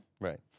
Right